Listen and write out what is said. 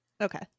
Okay